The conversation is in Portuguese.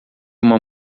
uma